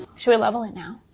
should we level it now?